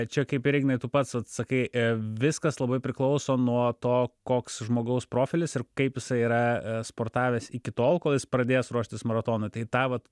čia kaip ir ignai tu pats atsakei viskas labai priklauso nuo to koks žmogaus profilis ir kaip jisai yra sportavęs iki tol kol jis pradėjęs ruoštis maratonui tai tą vat